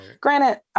Granted